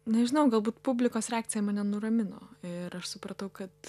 nežinau galbūt publikos reakcija mane nuramino ir aš supratau kad